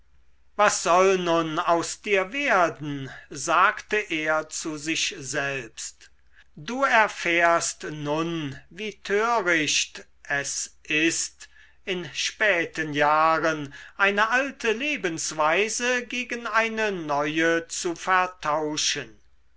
was soll nun aus dir werden sagte er zu sich selbst du erfährst nun wie töricht es ist in späten jahren eine alte lebensweise gegen eine neue zu vertauschen